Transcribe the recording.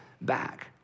back